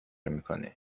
میکنه